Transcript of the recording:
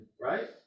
right